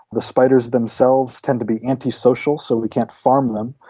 the spiders themselves tend to be antisocial, so we can't farm them,